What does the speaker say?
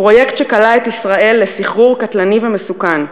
פרויקט שקלע את ישראל לסחרור קטלני ומסוכן,